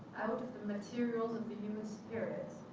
materials of the human spirit,